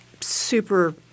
super